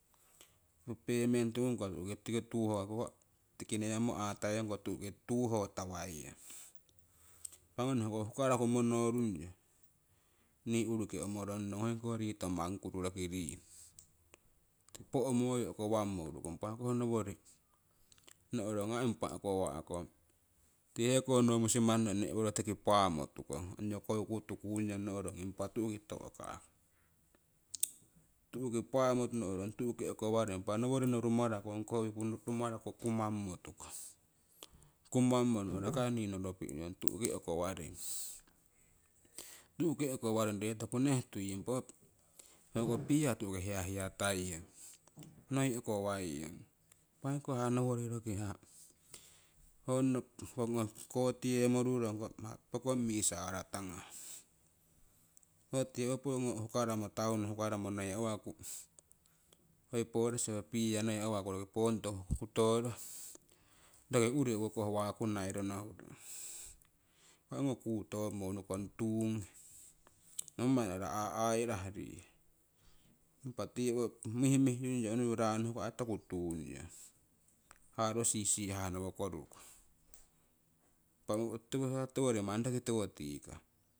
Ho pemengti ngung ko ngungko tiko tu'ki tuhoo tuuho tawaiyong uni, hoko tiki newa. Impah ongi hoko hukaraku monongyoo nii uruki omoronong hoiko riito manguru roki riino po'moyu roki ukowammo uururong, ho koh nowori nohrong aii impa uukowahkong tii heko no musimanno nehworo tiki paamo tukong ongyo coke tuukung yong nohro impa tu'ki to'kang toku paamo nohro tu'ki ukowaring. Impah noworinno rumaraku kumangmo tukong kumangmo no'rong akai nii noropi' nuiyong tu'ki ukowaring tu'ki ukowaring reetoku nee tuiyong. Hoko beer tu'ki hiahia taiyong noi uukowaiyong. Impah o'ko hiya nowori roko ha hokoiko kotiye morurong pokong mii sara tangah, ho tii owo pongo hukarammo taunu hukarammo noi awaku hoi polisi beer noi awaku roki hookutoro roki urii owokoh wakunnai rono hurong. Impah ong kuutongmo unnukong tuugnhe nommai nohra aai'aairah rehaha impah tiwo mihmihyungyo unuku ranno huku manni tokuu tuungyong harusisihah nowo korukuuh. Impa ho ha tiwori manni tiwo tikah.